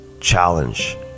challenge